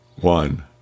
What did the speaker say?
One